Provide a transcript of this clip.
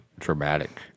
Traumatic